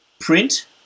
print